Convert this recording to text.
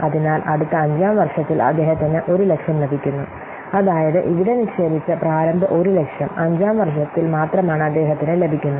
അതിനാൽ അടുത്ത അഞ്ചാം വർഷത്തിൽ അദ്ദേഹത്തിന് 100000 ലഭിക്കുന്നു അതായത് ഇവിടെ നിക്ഷേപിച്ച പ്രാരംഭ 100000 അഞ്ചാം വർഷത്തിൽ മാത്രമാണ് അദ്ദേഹത്തിന് ലഭിക്കുന്നത്